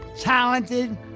talented